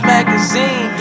Magazine